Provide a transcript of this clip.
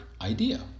idea